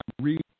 read